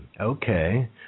okay